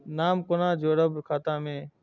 नाम कोना जोरब खाता मे